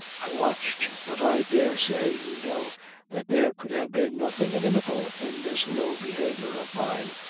i watched but i dare say you know that there could have been nothing inimical in this low behaviour of mine.